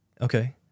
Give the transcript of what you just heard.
Okay